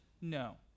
no